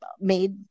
made